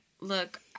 look